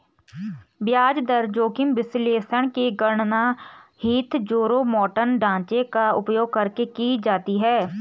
ब्याज दर जोखिम विश्लेषण की गणना हीथजारोमॉर्टन ढांचे का उपयोग करके की जाती है